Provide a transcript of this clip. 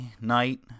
night